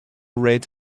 red